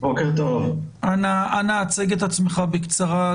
אנא הצג את עצמך בקצרה.